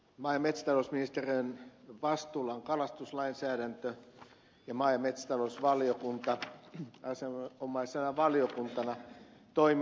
maa ja metsätalousministeriön vastuulla on kalastuslainsäädäntö ja maa ja metsätalousvaliokunta asianomaisena valiokuntana toimii